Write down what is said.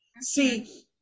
see